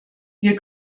wir